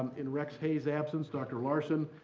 in rex hays' absence, dr. larson,